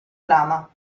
trama